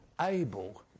able